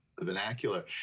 vernacular